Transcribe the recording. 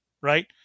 Right